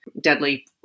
Deadly